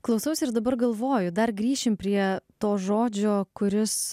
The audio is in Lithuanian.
klausausi ir dabar galvoju dar grįšim prie to žodžio kuris